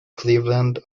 cleveland